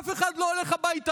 אף אחד לא הולך הביתה,